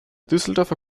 düsseldorfer